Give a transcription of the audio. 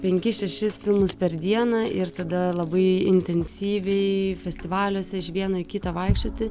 penkis šešis filmus per dieną ir tada labai intensyviai festivaliuose iš vieno į kitą vaikščioti